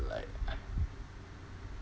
like